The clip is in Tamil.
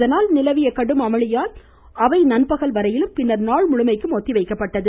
இதனால் நிலவிய கடும் அமளியால் அவை நண்பகல் வரையிலும் பின்னர் நாள் முழுமைக்கும் ஒத்தி வைக்கப்பட்டது